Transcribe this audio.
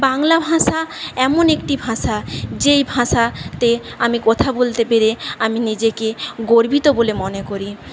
বাংলা ভাষা এমন একটি ভাষা যেই ভাষাতে আমি কথা বলতে পেরে আমি নিজেকে গর্বিত বলে মনে করি